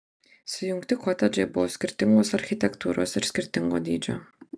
sujungti kotedžai buvo skirtingos architektūros ir skirtingo dydžio